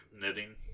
knitting